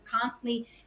constantly